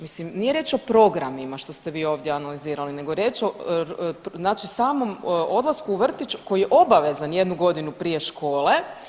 Mislim nije riječ o programima što ste vi ovdje analizirali, nego je riječ znači samom odlasku u vrtić koji je obavezan jednu godinu prije škole.